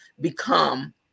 become